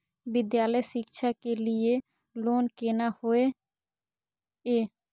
विद्यालय शिक्षा के लिय लोन केना होय ये?